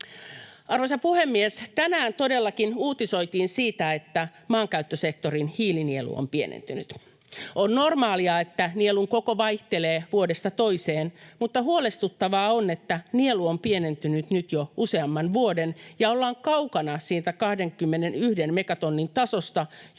Arvoisa puhemies! Tänään todellakin uutisoitiin siitä, että maankäyttösektorin hiilinielu on pienentynyt. On normaalia, että nielun koko vaihtelee vuodesta toiseen, mutta huolestuttavaa on, että nielu on pienentynyt nyt jo useamman vuoden ja ollaan kaukana siitä 21 megatonnin tasosta,